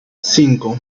cinco